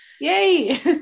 Yay